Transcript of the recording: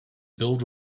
build